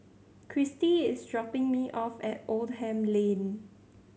kristy is dropping me off at Oldham Lane